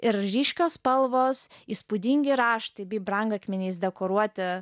ir ryškios spalvos įspūdingi raštai bei brangakmeniais dekoruoti